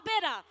better